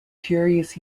curious